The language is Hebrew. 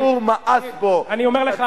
שהציבור מאס בו,